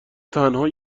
تنها